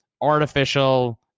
artificial